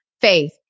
faith